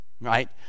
right